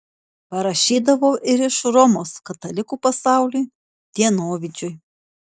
parašydavau ir iš romos katalikų pasauliui dienovidžiui